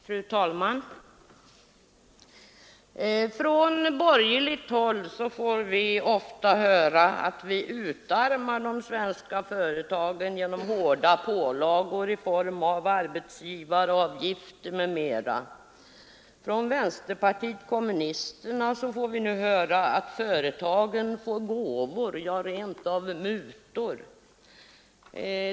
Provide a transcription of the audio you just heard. Fru talman! Från borgerligt håll får vi ofta höra att vi utarmar de svenska företagen genom hårda pålagor i form av arbetsgivaravgift m.m. Från vänsterpartiet kommunisterna har vi nu hört att företagen får gåvor — ja, rent av mutor.